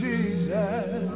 Jesus